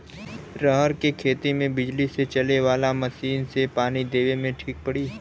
रहर के खेती मे बिजली से चले वाला मसीन से पानी देवे मे ठीक पड़ी?